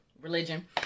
religion